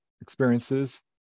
experiences